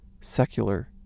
secular